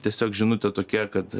tiesiog žinutė tokia kad